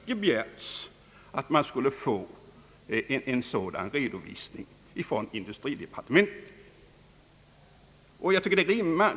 Det har icke begärts att en sådan redovisning skulle lämnas från industridepartementet.